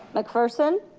mcpherson,